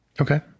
Okay